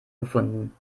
gefunden